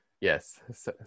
Yes